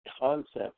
concept